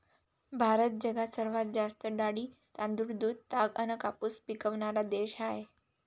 भारत जगात सर्वात जास्त डाळी, तांदूळ, दूध, ताग अन कापूस पिकवनारा देश हाय